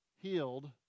Healed